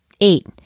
Eight